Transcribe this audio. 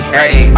ready